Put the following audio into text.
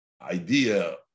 idea